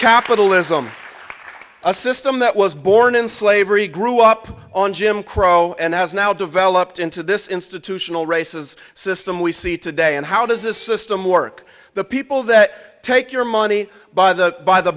capitalism a system that was born in slavery grew up on jim crow and has now developed into this institutional races system we see today and how does this system work the people that take your money by the by the